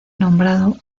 nombrado